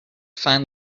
find